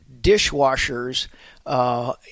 dishwashers –